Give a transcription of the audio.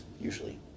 usually